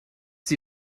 sie